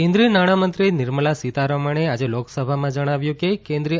કેન્દ્રીય નાણાંમંત્રી નિર્મલા સીતારમણે આજે લોકસભામાં જણાવ્યું કે કેન્દ્રિય